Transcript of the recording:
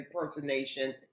impersonation